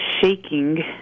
shaking